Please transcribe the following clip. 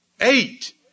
Eight